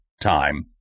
time